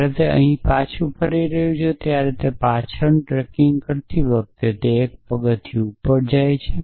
જ્યારે તે અહીં પાછા ફરી રહ્યું છે ત્યારે તે પાછલું ટ્રેકિંગ કરતી વખતે તે 1 પગથિયું ઉપર જાય છે